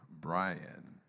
Brian